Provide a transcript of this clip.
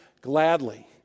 gladly